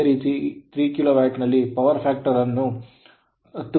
ಅದೇ ರೀತಿ 3 ಕಿಲೋವ್ಯಾಟ್ ನಲ್ಲಿ ಪವರ್ ಫ್ಯಾಕ್ಟರ್ ಅನ್ನು 10 ಗಂಟೆಗಳ ಕಾಲ ನೀಡಲಾಗುತ್ತದೆ